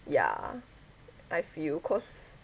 ya I feel cause